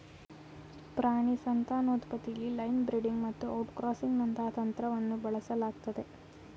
ಪ್ರಾಣಿ ಸಂತಾನೋತ್ಪತ್ತಿಲಿ line breeding ಮತ್ತುಔಟ್ಕ್ರಾಸಿಂಗ್ನಂತಂತ್ರವನ್ನುಬಳಸಲಾಗ್ತದೆ